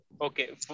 Okay